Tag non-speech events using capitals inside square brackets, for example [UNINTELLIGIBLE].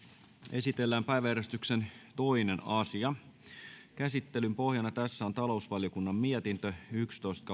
esitellään päiväjärjestyksen toinen asia käsittelyn pohjana tässä on talousvaliokunnan mietintö yksitoista [UNINTELLIGIBLE]